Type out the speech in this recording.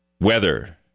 Weather